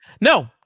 No